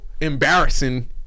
embarrassing